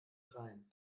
dreien